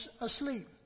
asleep